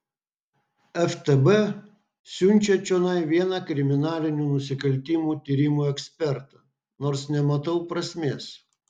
ftb siunčia čionai vieną kriminalinių nusikaltimų tyrimų ekspertą nors nematau prasmės